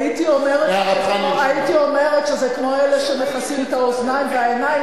הייתי אומרת שזה כמו אלה שמכסים את האוזניים והעיניים,